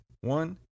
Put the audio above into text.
one